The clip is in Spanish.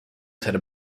ser